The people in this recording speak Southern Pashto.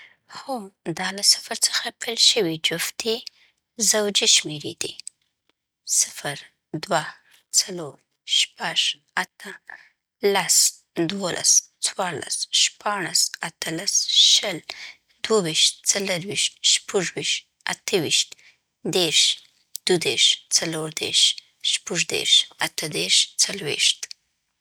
هو، دا له صفر څخه پیل شوي جفتي زوجي شمېرې دي: صفر دوه څلور شپږ ات لس دولس څوارلس شپاړس اتلس شل دوه ویشت څلور ویشت شپږ ویشت اته ویشت دیرش دوه دېرش څلور دېرش شپږ دېرش اته دېرش څلوېښت